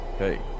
Okay